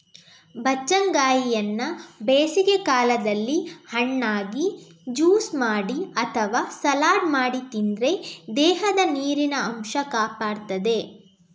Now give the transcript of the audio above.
ಬಚ್ಚಂಗಾಯಿಯನ್ನ ಬೇಸಿಗೆ ಕಾಲದಲ್ಲಿ ಹಣ್ಣಾಗಿ, ಜ್ಯೂಸು ಮಾಡಿ ಅಥವಾ ಸಲಾಡ್ ಮಾಡಿ ತಿಂದ್ರೆ ದೇಹದ ನೀರಿನ ಅಂಶ ಕಾಪಾಡ್ತದೆ